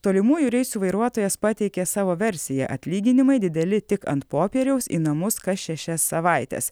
tolimųjų reisų vairuotojas pateikė savo versiją atlyginimai dideli tik ant popieriaus į namus kas šešias savaites